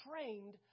trained